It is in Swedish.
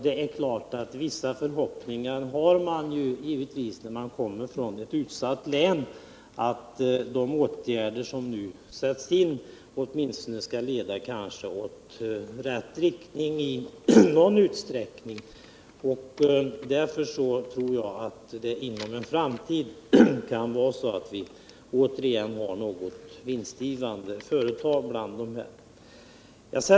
Det är klart att man har vissa förhoppningar när man kommer från ett utsatt län att de åtgärder som nu sätts in åtminstone i någon utsträckning skall leda till en utveckling i rätt riktning. Jag tror att det inom en inte alltför avlägsen framtid återigen kommer att finnas vinstgivande företag bland de nu drabbade.